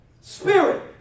spirit